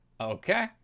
Okay